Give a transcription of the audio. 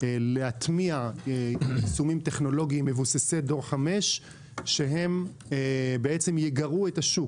להטמיע יישומים טכנולוגיים מבוססי דור 5 שיגרו את השוק.